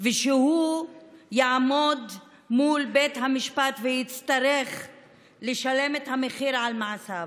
ושהוא יעמוד מול בית המשפט ויצטרך לשלם את המחיר על מעשיו,